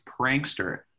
prankster